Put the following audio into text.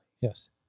Yes